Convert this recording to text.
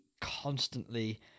constantly